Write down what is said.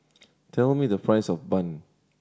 tell me the price of bun